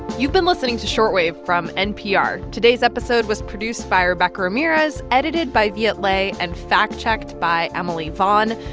you've been listening to short wave from npr. today's episode was produced by rebecca ramirez, edited by viet le and fact-checked by emily vaughn.